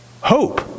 hope